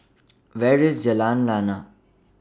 Where IS Jalan Lana